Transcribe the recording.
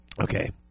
Okay